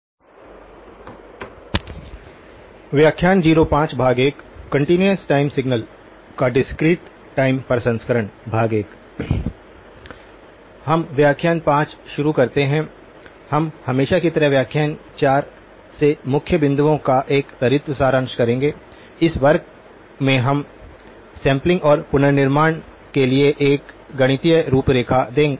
हम व्याख्यान 5 शुरू करते हैं हम हमेशा की तरह व्याख्यान 4 से मुख्य बिंदुओं का एक त्वरित सारांश करेंगे इस वर्ग में हम सैंपलिंग और पुनर्निर्माण के लिए एक गणितीय रूपरेखा देखेंगे